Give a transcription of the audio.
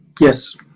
Yes